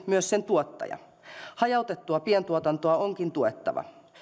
myös sen tuottaja hajautettua pientuotantoa onkin tuettava